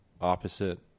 opposite